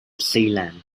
zealand